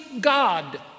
God